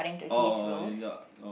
oh oh oh is lanyard oh